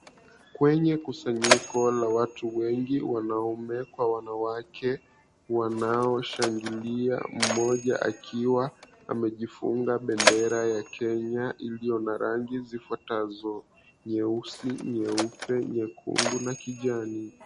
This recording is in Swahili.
Kwenye kusanyiko la watu wengi, wanaume kwa wanawake, wanaoshangilia. Mmoja akiwa amejifunga bendera ya Kenya iliyo na rangi zifuatazo nyeusi, nyeupe, nyekundu na kijani.